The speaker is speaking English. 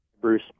Bruce